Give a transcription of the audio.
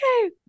okay